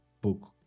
book